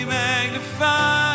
magnified